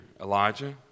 Elijah